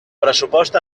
pressupost